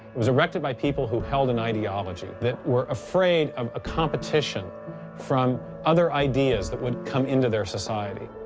it was erected by people who held an ideology, that were afraid of a competition from other ideas that would come into their society.